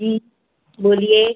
जी बोलिए